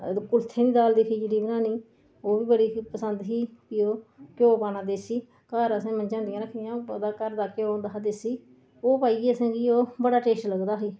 कुल्थें दी दाल दी खिचड़ी बनानी ओह् बी बड़ी ही पसंद ही ओह् घ्यो पाना देसी घर असें मज्झां हुंदियां रक्खी दियां घर दा घ्यो हुंदा हा देसी घ्यो पाइयै असेंगी ओह् बड़ा टेस्ट लगदा ही